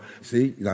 see